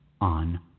on